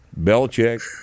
Belichick